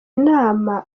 inama